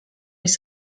les